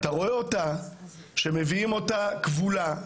אתה רואה אותה כשמביאים אותה כבולה,